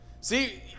See